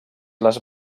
les